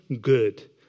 good